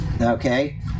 okay